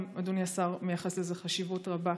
אם אדוני השר מייחס לזה חשיבות רבה,